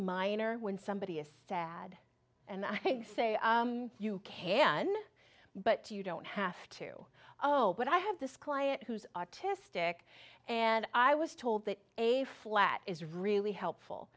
mine or when somebody is sad and i say you can but you don't have to go but i have this client who's autistic and i was told that a flat is really helpful